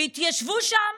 שהתיישבו שם